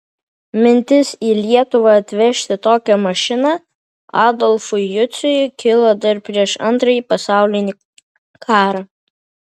mintis į lietuvą atvežti tokią mašiną adolfui juciui kilo dar prieš antrąjį pasaulinį karą